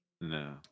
no